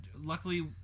Luckily